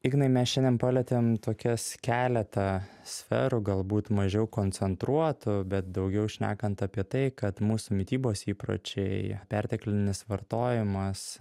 ignai mes šiandien palietėm tokias keletą sferų galbūt mažiau koncentruotų bet daugiau šnekant apie tai kad mūsų mitybos įpročiai perteklinis vartojimas